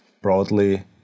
broadly